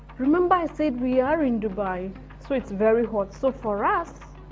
remember i said we are in dubai so it's very hot. so for us,